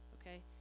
okay